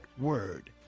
word